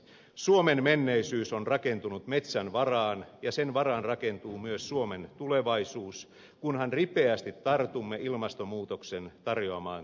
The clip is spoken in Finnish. suomen menneisyys on rakentunut metsän varaan ja sen varaan rakentuu myös suomen tulevaisuus kunhan ripeästi tartumme ilmastonmuutoksen tarjoamaan tilaisuuteen